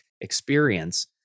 experience